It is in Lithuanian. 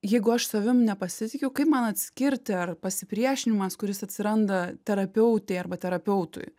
jeigu aš savim nepasitikiu kaip man atskirti ar pasipriešinimas kuris atsiranda terapeutei arba terapeutui